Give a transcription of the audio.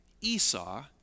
Esau